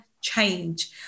change